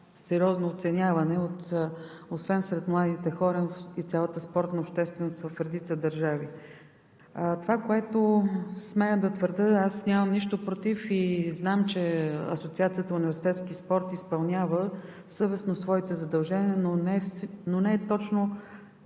най-сериозно оценявани освен сред младите хора, но и сред цялата спортна общественост в редица държави. Това, което смея да твърдя – нямам нищо против и знам, че Асоциацията за университетски спорт изпълнява съвестно своите задължения, но редът